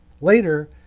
Later